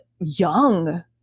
young